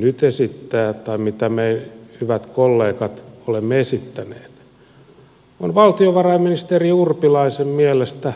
nyt esittävät tai mitä me hyvät kollegat olemme aikaisemmin esittäneet on valtiovarainministeri urpilaisen mielestä huultenheittoa